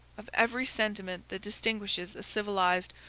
of every sentiment that distinguishes a civilized,